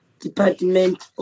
Department